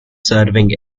serving